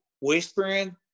whispering